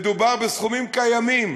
מדובר בסכומים קיימים.